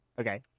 okay